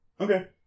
Okay